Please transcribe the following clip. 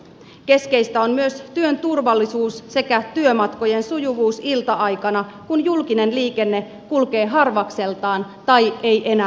keskeistä on myös työn turvallisuus sekä työmatkojen sujuvuus ilta aikana kun julkinen liikenne kulkee harvakseltaan tai ei enää ollenkaan